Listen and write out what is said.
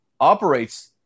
operates